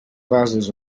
bases